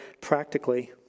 practically